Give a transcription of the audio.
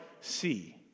see